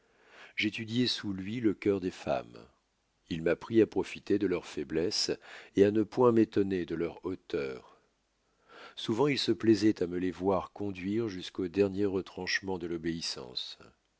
j'étudiai sous lui le cœur des femmes il m'apprit à profiter de leurs faiblesses et à ne point m'étonner de leurs hauteurs souvent il se plaisoit de me les faire exercer même et de les conduire jusqu'au dernier retranchement de l'obéissance